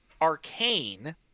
Arcane